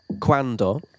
cuando